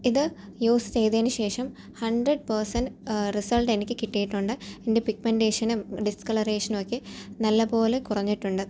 ഇത് യൂസ് ചെയ്തതിന് ശേഷം ഹൻഡ്രഡ് പേസൻറ്റ് റിസൽറ്റ് എനിക്ക് കിട്ടിയിട്ടുണ്ട് എൻ്റെ പിഗ്മെൻറ്റേഷനും ഡിസ്കളറേഷനും ഒക്കെ നല്ല പോലെ കുറഞ്ഞിട്ടുണ്ട്